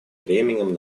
бременем